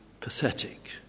pathetic